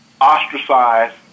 ostracized